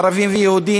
ערבים ויהודים,